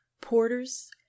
porters